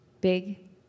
big